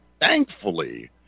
thankfully